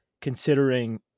considering